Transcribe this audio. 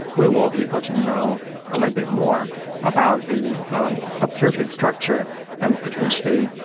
we will be able to know a little bit more about the subsurface structure and, potentially,